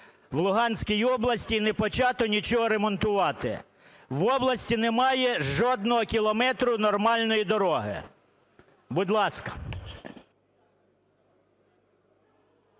в Луганській області і не почато нічого ремонтувати? В області немає жодного кілометру нормальної дороги. Будь ласка.